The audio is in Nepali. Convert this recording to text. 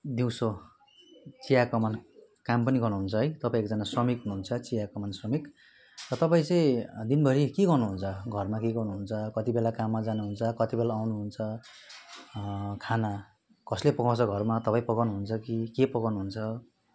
दिउँसो चियाकमान काम पनि गर्नुहुन्छ है तपाईँ एकजना श्रमिक हुनुहुन्छ चियाकमान श्रमिक र तपाईँ चाहिँ दिनभरि के गर्नुहुन्छ घरमा के गर्नुहुन्छ कति बेला काममा जानुहुन्छ कति बेला आउनुहुन्छ खाना कसले पकाउँछ घरमा तपाईँ पकाउनुहुन्छ कि के पकाउनुहुन्छ